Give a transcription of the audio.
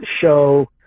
show